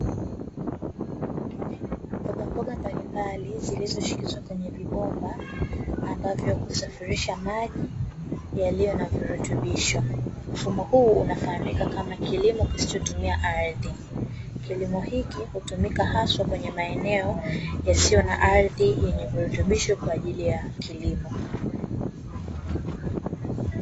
Mbogamboga mbalimbali zilizoshikizwa kwenye vibomba ambavyo husafirisha maji yalio na viritubisho. Mfumo huu unafahamika kama kilimo kisichotumia ardhi, kilimo hiki hutumika haswa kwenye maeneo yasiyo na ardhi yenye virutubisho kwa ajili ya kilimo.